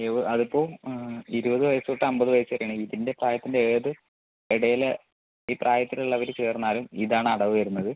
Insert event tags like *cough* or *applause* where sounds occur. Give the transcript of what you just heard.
*unintelligible* അതിപ്പോൾ ഇരുപത് വയസ്സു തൊട്ട് അൻപത് വയസ്സുവരെയാണ് ഇതിൻ്റെ പ്രായത്തിൻ്റെ ഏത് ഇടയിൽ ഈ പ്രായത്തിലുള്ളവർ ചേർന്നാലും ഇതാണ് അടവ് വരുന്നത്